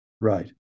Right